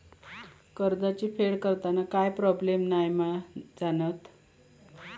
कर्जाची फेड करताना काय प्रोब्लेम नाय मा जा?